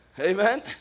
Amen